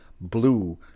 blue